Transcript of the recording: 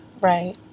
Right